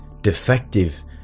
defective